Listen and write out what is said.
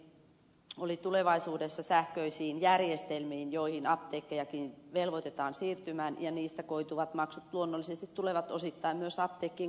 laxell viittasi oli tulevaisuuden sähköiset järjestelmät joihin apteekkejakin velvoitetaan siirtymään ja niistä koituvat maksut luonnollisesti tulevat osittain myös apteekkien kustannettaviksi